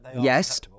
yes